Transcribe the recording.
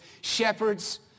Shepherds